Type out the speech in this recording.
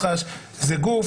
מח"ש זה גוף